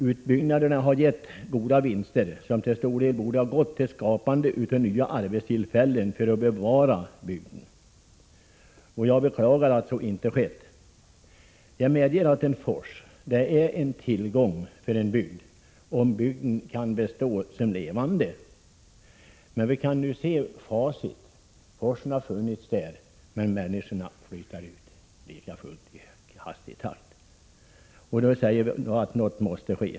Utbyggnaderna har givit goda vinster som till stor del borde ha gått till skapande av nya arbetstillfällen för att bevara bygden. Jag beklagar att så inte skett. Jag medger att en fors är en tillgång för en bygd, om bygden kan förbli levande, men vi kan nu se facit — forsen har funnits där men människorna har likafullt flyttat ut i snabb takt. Något måste ske.